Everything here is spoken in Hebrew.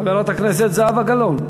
חברת הכנסת זהבה גלאון,